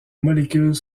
molécules